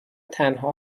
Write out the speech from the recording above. تنها